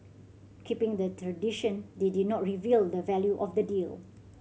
keeping the tradition they did not reveal the value of the deal